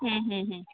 ହୁଁ ହୁଁ ହୁଁ